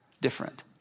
different